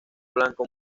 blanco